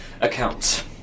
Accounts